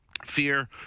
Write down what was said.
fear